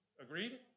Agreed